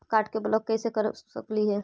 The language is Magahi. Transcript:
कार्ड के ब्लॉक कैसे कर सकली हे?